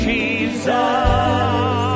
Jesus